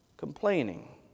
Complaining